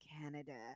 Canada